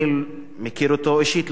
אני מכיר אותו אישית,